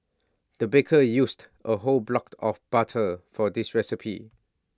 the baker used A whole blocked of butter for this recipe